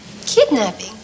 Kidnapping